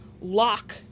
lock